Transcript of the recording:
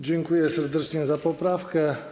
Dziękuję serdecznie za poprawkę.